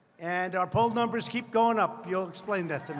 and our poll numbers keep going up. you'll explain that and